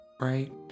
right